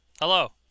Hello